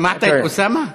שמעת את אוסאמה?